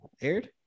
aired